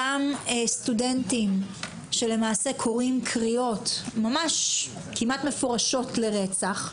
אותם סטודנטים שלמעשה קוראים קריאות ממש כמעט מפורשות לרצח,